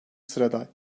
sırada